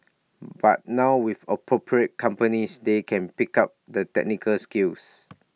but now with appropriate companies they can pick up the technical skills